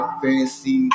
fancy